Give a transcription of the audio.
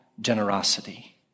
generosity